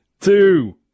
two